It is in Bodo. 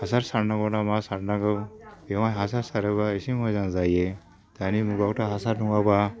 हासार सारनांगौ ना मा सारनांगौ बेवहाय हासार सारोबा एसे मोजां जायो दानि मुगायावथ' हासार नङाबा